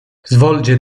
svolge